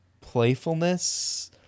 playfulness